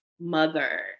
mother